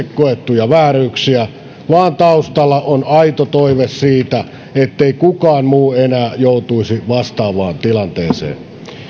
koettuja vääryyksiä vaan taustalla on aito toive siitä ettei kukaan muu enää joutuisi vastaavaan tilanteeseen